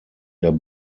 der